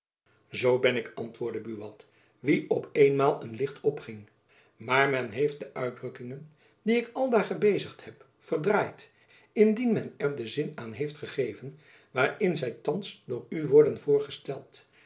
zoo ben ik antwoordde buat wien op eenmaal een licht opging maar men heeft de uitdrukkingen die ik aldaar gebezigd heb verdraaid indien men er den zin aan heeft gegeven waarin zy thands door u worden voorgesteld